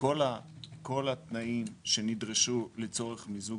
כל התנאים שנדרשו לצורך מיזוג